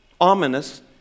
ominous